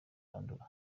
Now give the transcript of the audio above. yandura